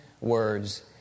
words